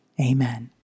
Amen